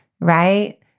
right